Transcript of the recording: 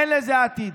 אין לזה עתיד.